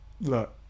look